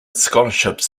scholarships